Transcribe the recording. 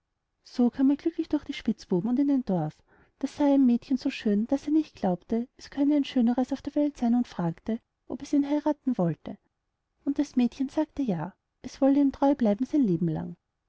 so kam er glücklich durch die spitzbuben und in ein dorf da sah er ein mädchen so schön daß er nicht glaubte es könne ein schöneres auf der welt seyn und fragte ob es ihn heirathen wolle und das mädchen sagte ja es wolle ihm treu bleiben sein lebelang